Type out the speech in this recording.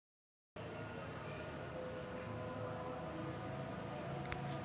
शेतात खत शिंपडण्यासाठी खत शिंपडण्याचे साधन वापरले जाते